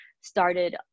started